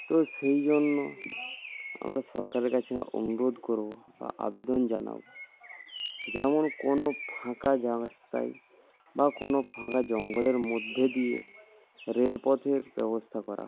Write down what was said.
তো সেই জন্য আমরা সরকারের কাছে অনুরোধ করব বা আবেদন জানাব যেমন কোনো ফাঁকা জায়গায় বা কোনো ফাঁকা জঙ্গলের মধ্যে দিয়ে রেলপথের ব্যবস্থা করা হয়